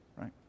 right